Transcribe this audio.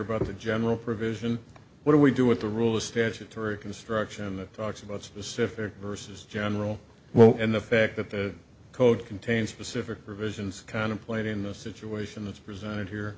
about a general provision what do we do with the rule of statutory construction that talks about specific versus general well and the fact that the code contains specific provisions contemplated in the situation that's presented here